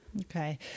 Okay